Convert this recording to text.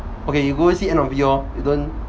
okay you go see end of the year lor you don't